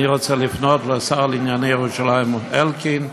אני רוצה לפנות לשר לענייני ירושלים, אלקין,